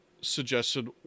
suggested